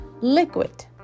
Liquid